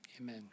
Amen